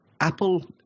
Apple